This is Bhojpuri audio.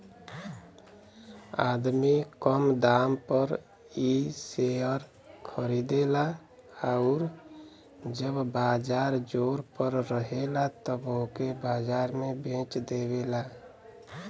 आदमी कम दाम पर इ शेअर खरीदेला आउर जब बाजार जोर पर रहेला तब ओके बाजार में बेच देवेला